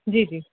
जी जी